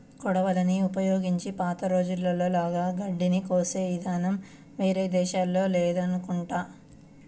కొడవళ్ళని ఉపయోగించి పాత రోజుల్లో లాగా గడ్డిని కోసే ఇదానం వేరే దేశాల్లో లేదనుకుంటా